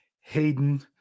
Hayden